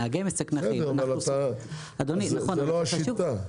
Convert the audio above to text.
אבל זאת לא השיטה.